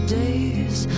days